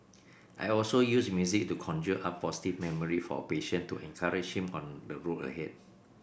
I also use music to conjure up a positive memory for a patient to encourage him on the road ahead